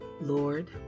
Lord